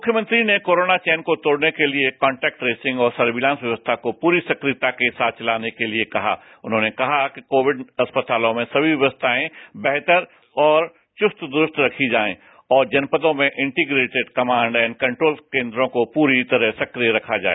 मुख्यमंत्री ने corona chain को तोड़ने के लिए कांटेक्ट ट्रेसिंग और सर्विलांस व्यवस्था को पूरी सक्रियता के साथ चलाने के लिए कहा उन्होंने कहा कि कोविद अस्पतालों में सभी व्यवस्थाएं बेहतर चुस्त दुरुस्त रखी जाएं और जनपदों में इंटीप्रेटेड कमांड एंड कंट्रोल केंट्रों को पूर्ण सक्रिय रखा जाए